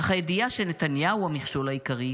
אך הידיעה שנתניהו הוא המכשול העיקרי,